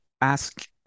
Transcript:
ask